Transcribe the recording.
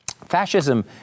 Fascism